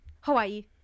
Hawaii